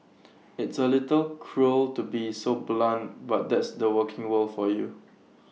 it's A little cruel to be so blunt but that's the working world for you